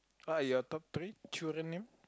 what are your top three children name